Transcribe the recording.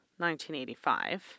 1985